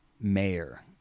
mayor